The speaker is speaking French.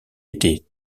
été